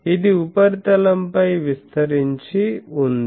అది ఉపరితలం పై విస్తరించి ఉంది